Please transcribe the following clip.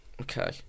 Okay